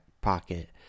pocket